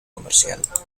comercial